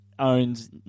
Owns